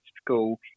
school